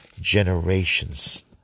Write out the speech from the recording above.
generations